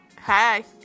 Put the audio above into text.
Hi